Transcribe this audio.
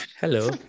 Hello